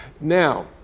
Now